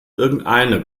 irgendeine